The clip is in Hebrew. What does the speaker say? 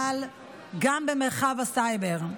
אבל גם במרחב הסייבר.